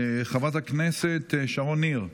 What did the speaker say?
חברת הכנסת שרון ניר,